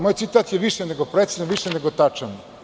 Moj citat je više nego precizan, više nego tačan.